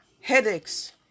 headaches